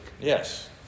Yes